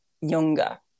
younger